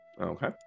Okay